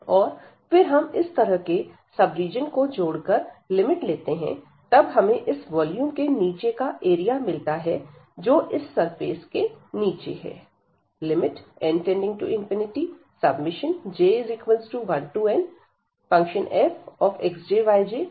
और फिर हम इस तरह के सब रीजन को जोड़कर लिमिट लेते हैं तब हमें इस वॉल्यूम के नीचे का एरिया मिलता है जो इस सरफेस के नीचे है